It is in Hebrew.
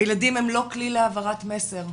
הילדים הם לא כלי להעברת מסר,